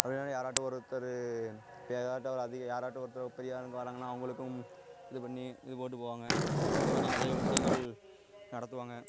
அப்புறமேலு யாராட்டும் ஒருத்தர் ஏதாட்டோ ஒரு அது யாராட்டோ ஒருத்தர் பெரியாளுங்க வராங்கன்னா அவங்களுக்கும் இது பண்ணி இது போட்டு போவாங்க இந்தமாதிரி நிறைய விஷயங்கள் நடத்துவாங்க